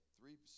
three